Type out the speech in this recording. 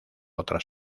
otras